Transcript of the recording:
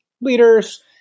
leaders